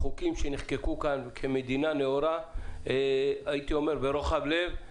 חוקים שנחקקו כאן כמדינה נאורה ברוחב לב,